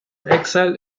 exile